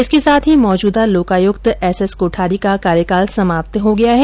इसके साथ ही मौजूदा लोकायुक्त एस एस कोठारी का कार्यकाल समाप्त हो गया है